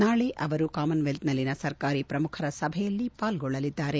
ನಾಳೆ ಅವರು ಕಾಮನ್ವೆಲ್ತ್ನಲ್ಲಿನ ಸರ್ಕಾರಿ ಪ್ರಮುಖರ ಸಭೆಯಲ್ಲಿ ಪಾಲ್ಗೊಳ್ಳಲಿದ್ದಾರೆ